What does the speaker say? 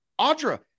Audra